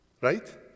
right